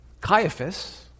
Caiaphas